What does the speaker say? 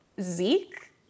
Zeke